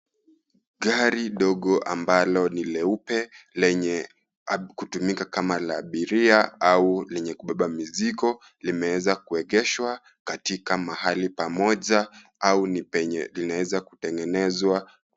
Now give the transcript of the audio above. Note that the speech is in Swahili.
Gari dogo ambalo ni leupe lenye kutumika kama la abiria au lenye kubeba mizigo. Limeweza kuegeshwa katika mahali pamoja au ni penye linaweza kutengenezwa.